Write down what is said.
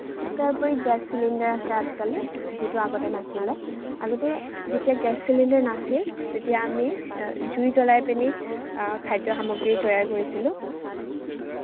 তাৰোপৰি gas cylinder আছে আজিকালি যিটো আগতে নাছিলে আগতে যেতিয়া গেছ চিলিণ্ডাৰ নাছিল তেতিয়া আমি জুই জ্বলাইপিনি খাদ্য সামগ্ৰী তৈয়াৰ কৰিছিলোঁ